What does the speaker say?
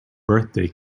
birthday